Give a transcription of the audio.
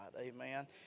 Amen